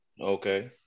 Okay